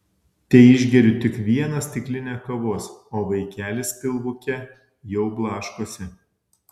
teišgeriu tik vieną stiklinę kavos o vaikelis pilvuke jau blaškosi